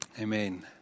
Amen